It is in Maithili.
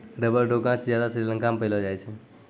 रबर रो गांछ ज्यादा श्रीलंका मे पैलो जाय छै